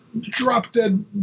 drop-dead